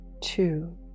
two